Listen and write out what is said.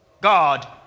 God